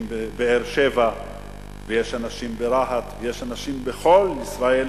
בבאר-שבע ויש אנשים ברהט ויש אנשים בכל ישראל.